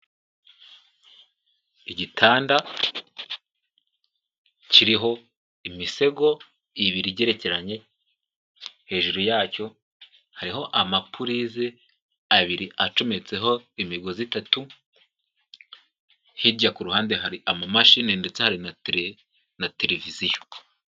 Igitanda kiriho imisego ibiri igerekeranye, hejuru yacyo hariho amapurize abiri acometseho imigozi itatu, hirya ku ruhande hari amamashini ndetse hari na televiziyo.